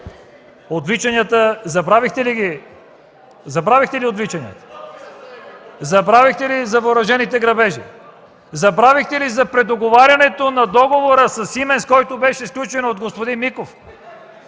случи в управлението на ГЕРБ. Забравихте ли отвличанията? Забравихте ли за въоръжените грабежи? Забравихте ли за предоговарянето на договора със „Сименс”, който беше сключен от господин Миков?